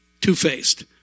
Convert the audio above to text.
two-faced